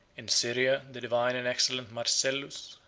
in syria, the divine and excellent marcellus,